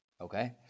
Okay